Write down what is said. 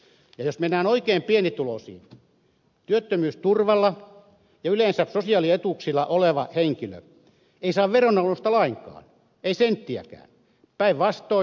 ja jos mennään oikein pienituloisiin työttömyysturvalla ja yleensä sosiaalietuuksilla olevat henkilöt eivät saa veronalennusta lainkaan ei senttiäkään päinvastoin